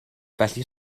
felly